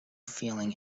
feeling